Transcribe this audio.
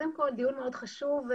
דיון מאוד חשוב.